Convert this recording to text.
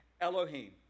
Elohim